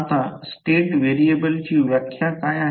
आता स्टेट व्हेरिएबलची व्याख्या काय आहे